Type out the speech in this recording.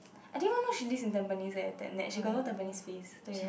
I didn't even know she lives in Tampines eh that Nat got no Tampines face 对 right